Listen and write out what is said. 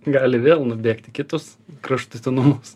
gali vėl nubėgt į kitus kraštutinumus